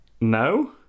No